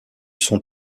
son